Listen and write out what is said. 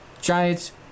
Giants